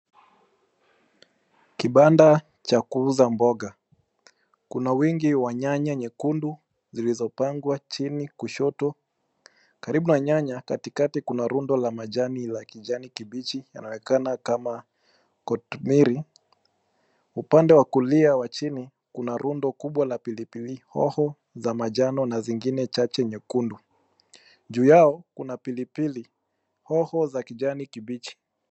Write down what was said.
Kibanda cha kuuza mboga. Kuna wingi wa nyanya nyekundu zilizopangwa chini kushoto. Karibu na nyanya, katikati kuna rundo la majani la kijani kibichi yanaonekana kama kotneri . Upande wa kulia wa chini, kuna rundo kubwa la pilipili hoho za manjano na zingine chache nyekundu. Juu yao kuna pilipili hoho za kijani kibichi.